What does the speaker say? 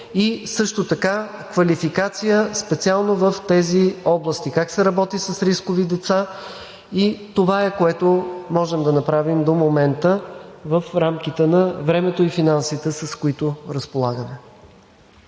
и също така квалификация специално в тези области – как се работи с рискови деца. Това е, което можем да направим до момента в рамките на времето и финансите, с които разполагаме.